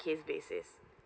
case basis